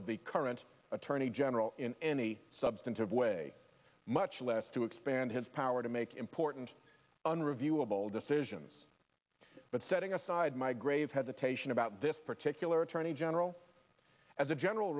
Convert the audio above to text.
of the current attorney general in any substantive way much less to expand his power to make important unreviewable decisions but setting aside my grave hesitation about this particular attorney general as a general